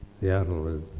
Seattle